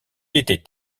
était